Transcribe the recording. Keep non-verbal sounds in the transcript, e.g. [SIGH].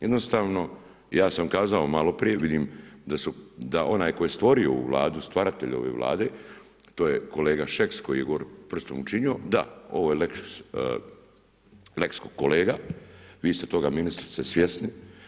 Jednostavno ja sam kazao maloprije, vidim da onaj koji je stvorio ovu Vladu, stvaratelj ove Vlade, to je kolega Šeks koji je … [UNINTELLIGIBLE] prstom učinio, da, ovo je „lex Kolega“, vi ste toga ministrice svjesni.